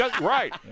Right